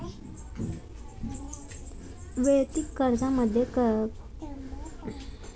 वैयक्तिक कर्जामध्ये कर्जाची किती रक्कम मिळू शकते?